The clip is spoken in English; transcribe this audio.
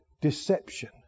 Deception